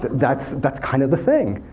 that's that's kind of the thing.